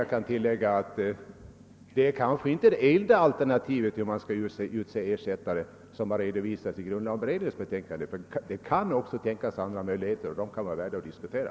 Jag vill tillägga att det som redovisas av grundlagberedningen kanske inte är det enda alternativet för hur man skall utse ersättare. Det kan också tänkas andra möjligheter, och de kan vara värda att diskutera.